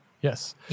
Yes